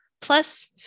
plus